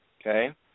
okay